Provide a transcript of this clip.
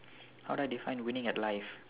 how do I define winning at life